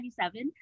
27